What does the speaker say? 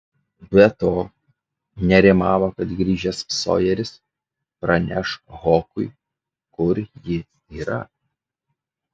be to nerimavo kad grįžęs sojeris praneš hokui kur ji yra